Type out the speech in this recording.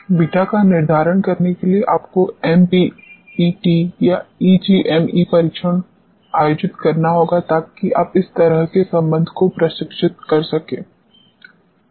beta का निर्धारण करने के लिए आपको एमबीईटी या ईजीएमई परीक्षण आयोजित करना होगा ताकि आप इस तरह के संबंध को प्रशिक्षित कर सकें